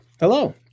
Hello